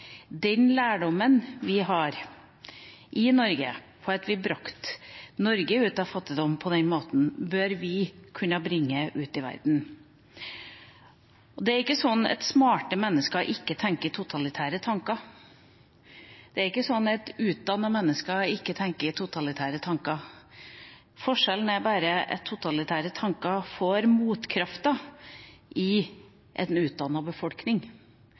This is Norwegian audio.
Den lærdommen vi har i Norge om at vi brakte Norge ut av fattigdom på den måten, bør vi kunne bringe ut i verden. Det er ikke sånn at smarte mennesker ikke tenker totalitære tanker, det er ikke sånn at utdannede mennesker ikke tenker totalitære tanker. Forskjellen er bare at totalitære tanker får motkrefter i en utdannet befolkning.